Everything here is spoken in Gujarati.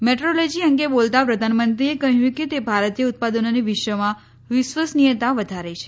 મેટ્રોલોજી અંગે બોલતા પ્રધાનમંત્રીએ કહ્યું કે તે ભારતીય ઉત્પાદનોની વિશ્વમાં વિશ્વસનીયતા વધારે છે